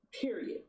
period